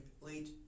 late